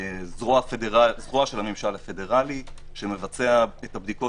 זרוע של הממשל הפדרלי שמבצע את הבדיקות